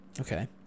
Okay